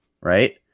right